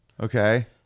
Okay